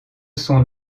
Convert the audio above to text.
son